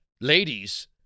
Ladies